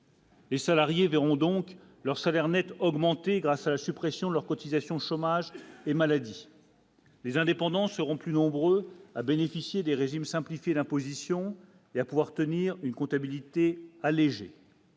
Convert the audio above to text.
Les salariés verront donc leur salaire Net augmenter grâce à la suppression de leurs cotisations chômage et maladie. Les indépendants seront plus nombreuses à bénéficier des régimes simplifié d'imposition et à pouvoir tenir une comptabilité allégé.